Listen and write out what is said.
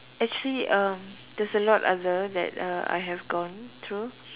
actually uh there's a lot other that uh I have gone through